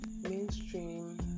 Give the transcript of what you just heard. mainstream